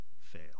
fail